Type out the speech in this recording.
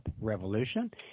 revolution